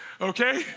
okay